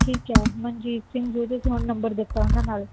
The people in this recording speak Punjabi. ਠੀਕ ਹੈ ਮਨਜੀਤ ਸਿੰਘ ਹੁਣ ਫੋਨ ਨੰਬਰ ਦਿੱਤਾ ਉਹਨਾਂ ਨਾਲ